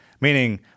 Meaning